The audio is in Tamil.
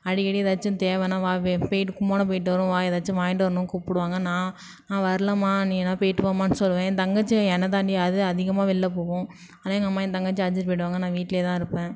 அடிக்கடி ஏதாச்சும் தேவைன்னா வா பெ போயிட்டு கும்போணம் போயிட்டு வருவோம் வா எஏதாச்சும் வாங்கிட்டு வரணுன்னு கூப்பிடுவாங்க நான் நான் வர்லைம்மா நீ வேணா போயிட்டு வாம்மான்னு சொல்லுவேன் ஏன் தங்கச்சிம் என்னை தாண்டி அது அதிகமாக வெள்யில போகும் அதனால் எங்கள் அம்மா என் தங்கச்சி அழைச்சிட்டு போயிடுவாங்க நான் வீட்டிலயேதான் இருப்பேன்